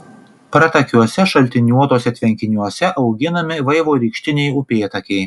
pratakiuose šaltiniuotuose tvenkiniuose auginami vaivorykštiniai upėtakiai